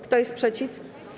Kto jest przeciw?